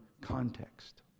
context